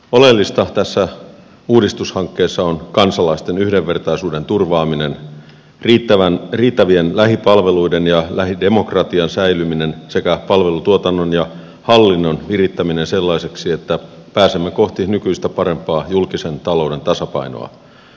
oleellista tässä uudistushankkeessa on kansalaisten yhdenvertaisuuden turvaaminen riittävien lähipalveluiden ja lähidemokratian säilyminen sekä palvelutuotannon ja hallinnon virittäminen sellaiseksi että pääsemme kohti nykyistä parempaa julkisen talouden tasapainoa